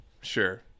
sure